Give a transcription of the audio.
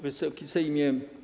Wysoki Sejmie!